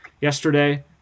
yesterday